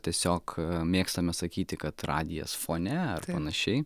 tiesiog mėgstame sakyti kad radijas fone ar panašiai